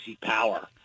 power